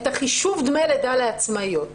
את חישוב דמי לידה לעצמאיות,